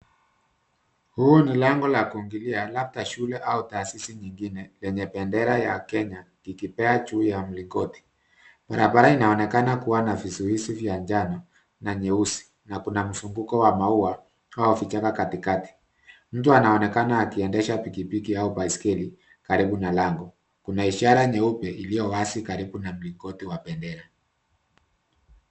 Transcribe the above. Huu ni lango la kuingilia labda shule au tahasisi nyingine lenye bendera ya Kenya ikipepea juu ya mlingoti. Barabara inaonekana kuwa na vizuizi vya njano na nyeusi na kuna mzunguko wa maua au vichaka katikati. Mtu anaonekana akiendesha pikipiki au baiskeli karibu na lango. Kuna ishara nyeupe iliyowazi karibu na mlingoti wa bendera.